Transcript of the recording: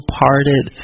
parted